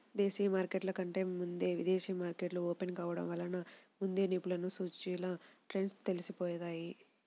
దేశీయ మార్కెట్ల కంటే ముందే విదేశీ మార్కెట్లు ఓపెన్ కావడం వలన ముందే నిపుణులకు సూచీల ట్రెండ్స్ తెలిసిపోతాయి